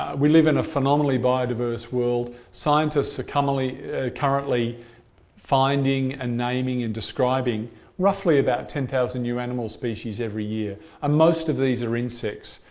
we live in a phenomenally biodiverse world. scientists are currently currently finding and naming and describing roughly about ten thousand new animal species every year and um most of these are insects.